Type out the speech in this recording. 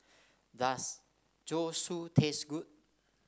does Zosui taste good